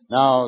Now